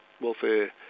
welfare